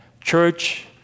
Church